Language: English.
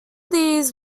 these